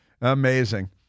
Amazing